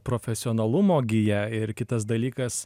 profesionalumo gija ir kitas dalykas